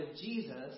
Jesus